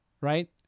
Right